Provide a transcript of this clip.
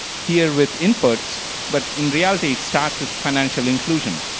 here with inputs, but in reality, starts with financial inclusion.